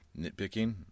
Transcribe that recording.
Nitpicking